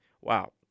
wow